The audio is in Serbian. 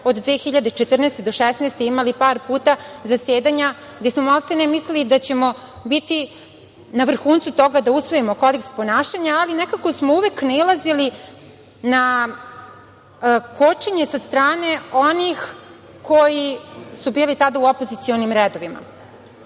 od 2014. do 2016. godine, imali par puta zasedanja, gde smo, maltene, mislili da ćemo biti na vrhuncu toga da usvojimo kodeks ponašanja, ali nekako smo uvek nailazili na kočenje sa strane onih koji su tada bili u opozicionim redovima. Niko